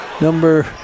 number